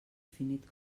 finit